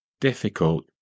difficult